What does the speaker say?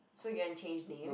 so you gonna change name